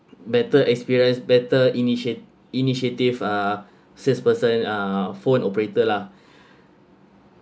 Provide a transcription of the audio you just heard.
better experience better initia~ initiative uh salesperson uh phone operator lah